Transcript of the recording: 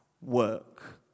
work